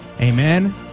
amen